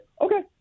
okay